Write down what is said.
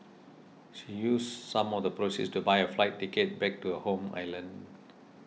she used some of the proceeds to buy a flight ticket back to her home island